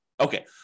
Okay